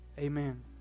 Amen